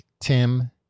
Tim